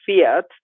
fiat